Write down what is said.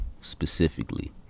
specifically